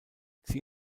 sie